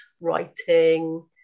writing